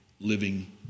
living